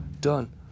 done